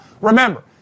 Remember